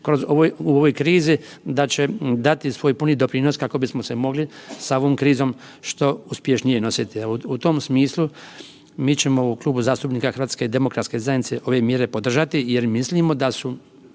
u ovoj krizi da će dati svoj puni doprinos kako bismo se mogli sa ovom krizom što uspješnije nositi. U tom smislu mi ćemo u Klubu zastupnika HDZ-a ove mjere podržati jer mislimo da su